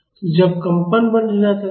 तो जब कंपन बंद हो जाता है